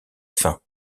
fin